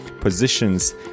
positions